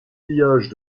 pillages